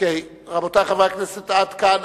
עד כאן.